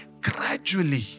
Gradually